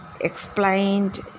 explained